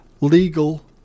legal